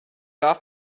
off